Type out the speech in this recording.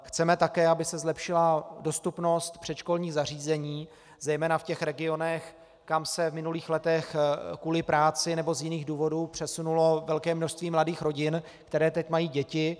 Chceme také, aby se zlepšila dostupnost předškolních zařízení, zejména v těch regionech, kam se v minulých letech kvůli práci nebo z jiných důvodů přesunulo velké množství mladých rodin, které teď mají děti.